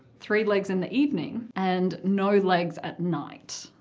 three legs in the evening, and no legs at night?